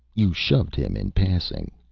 you shoved him in passing.